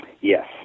Yes